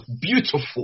Beautiful